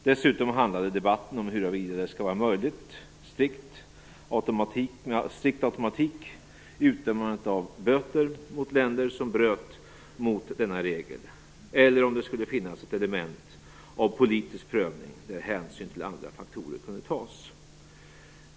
Dessutom handlade debatten om huruvida det skall vara strikt automatik i utdömandet av böter mot länder som bryter mot denna regel, eller om det skall finnas ett element av politisk prövning, där hänsyn till andra faktorer kan tas.